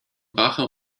rache